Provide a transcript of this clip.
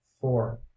four